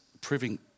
proving